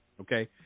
okay